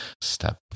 step